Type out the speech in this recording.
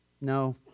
no